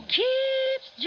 keeps